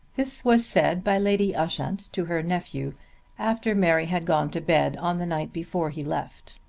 this was said by lady ushant to her nephew after mary had gone to bed on the night before he left.